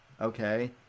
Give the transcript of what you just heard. Okay